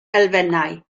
elfennau